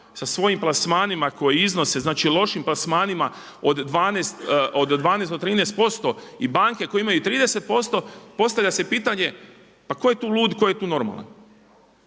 sa svojim plasmanima koji iznose, znači lošim plasmanima od 12 do 13% i banke koje imaju 30% postavlja se pitanje pa tko je tu lud, tko je tu normalan?